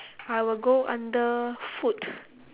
I will go under food